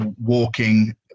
walking